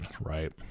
right